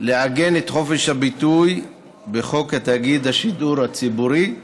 לעגן את חופש הביטוי בחוק תאגיד השידור הציבורי,